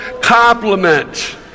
compliment